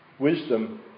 wisdom